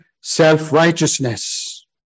self-righteousness